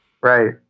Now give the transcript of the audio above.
Right